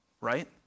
Right